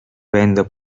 venda